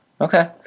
okay